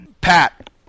Pat